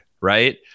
right